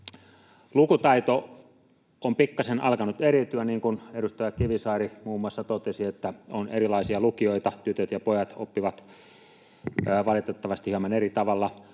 Lukutaito on pikkasen alkanut eriytyä, niin kuin edustaja Kivisaari muun muassa totesi, että on erilaisia lukijoita, tytöt ja pojat oppivat valitettavasti hieman eri tavalla.